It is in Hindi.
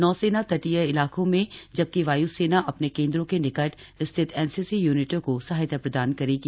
नौसेना तटीय इलाकों में जबकि वायुसेना अपने केंद्रों के निकट स्थित एनसीसी यूनिटों को सहायता प्रदान करेगी